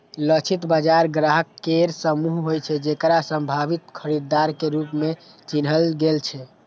लक्षित बाजार ग्राहक केर समूह होइ छै, जेकरा संभावित खरीदार के रूप मे चिन्हल गेल छै